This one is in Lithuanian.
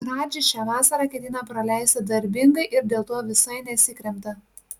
radži šią vasarą ketina praleisti darbingai ir dėl to visai nesikremta